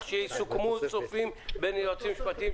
שיסוכמו סופית בין היועצים המשפטיים,